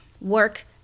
work